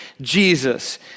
Jesus